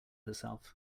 herself